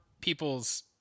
people's